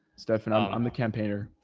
stefan um i'm the campaigner.